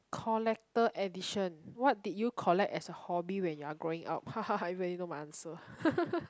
collector addiction what did you collect as a hobby when you are growing up everybody know my answer